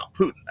Putin